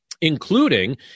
including